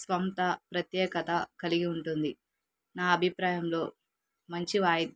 స్వంత ప్రత్యేకత కలిగి ఉంటుంది నా అభిప్రాయంలో మంచి వాయి